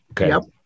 okay